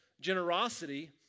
generosity